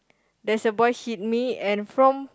there's a boy hit me and from